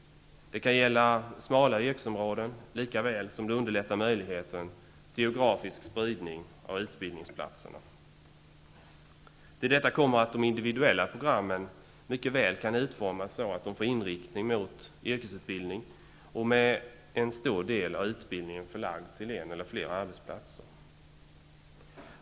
Det kan gälla smala yrkesområden, och det underlättar möjligheten till geografisk spridning av utbildningsplatserna. Till detta kommer att de individuella programmen mycket väl kan utformas så att de får inriktning mot yrkesutbildning och med en stor del av utbildningen förlagd till en eller flera arbetsplatser.